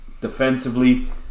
defensively